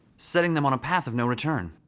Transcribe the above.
setting them on a path of no return.